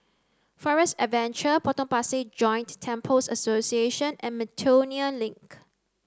Forest Adventure Potong Pasir Joint Temples Association and Miltonia Link